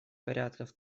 порядков